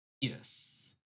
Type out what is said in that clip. yes